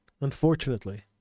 unfortunately